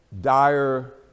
dire